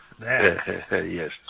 Yes